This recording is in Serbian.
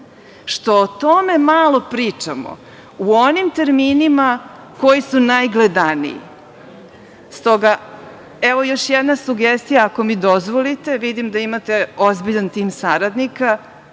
Što o tome malo pričamo u onim terminima koji su najgledaniji. Stoga evo još jedna sugestija, ako mi dozvolite, vidim da imate ozbiljan tim saradnika,